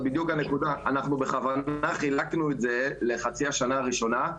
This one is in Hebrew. בכוונה חילקנו את זה לחצי השנה הראשונה.